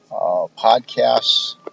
podcasts